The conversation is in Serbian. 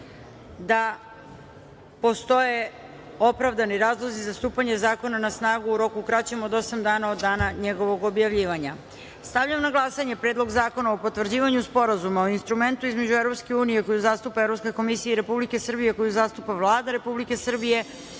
da postoje opravdani razlozi za stupanje zakona na snagu u roku kraćem od osam dana od dana njegovog objavljivanja. Stavljam na glasanje Predlog zakona o potvrđivanju Sporazuma o Instrumentu između EU koju zastupa Evropska komisija i Republike Srbije koju zastupa Vlada Republike Srbije